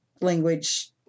language